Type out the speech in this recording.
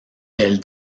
elle